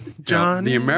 Johnny